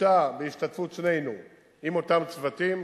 פגישה בהשתתפות שנינו עם אותם צוותים.